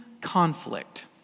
conflict